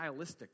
stylistically